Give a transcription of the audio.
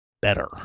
better